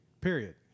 period